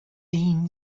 این